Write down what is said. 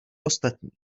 ostatních